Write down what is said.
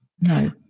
No